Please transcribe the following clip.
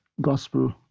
gospel